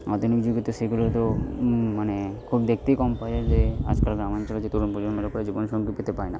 আধুনিক যুগে তো সেগুলো তো মানে খুব দেখতেই কম পাওয়া যায় যে আজকাল গ্রামাঞ্চলে যে তরুণ প্রজন্মের উপর জীবনসঙ্গী পেতে পায় না